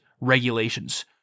regulations